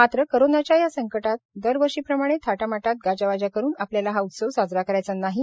मात्र कोरोनाच्या या संकटात दरवर्षीप्रमाणे थाटामाटात गाजावाजा करून आपल्याला हा उत्सव साजरा करायचा नाही आहे